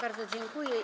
Bardzo dziękuję.